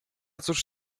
cóż